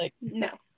No